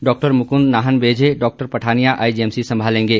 डॉ मुकुंद नाहन मेजें डॉ पठानिया आईजीएसमसी संभालेंगे